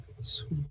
Sweet